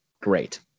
Great